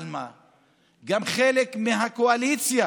גם חלק מהקואליציה